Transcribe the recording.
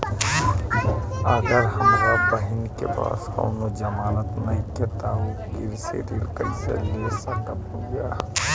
अगर हमार बहिन के पास कउनों जमानत नइखें त उ कृषि ऋण कइसे ले सकत बिया?